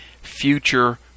future